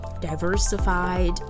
diversified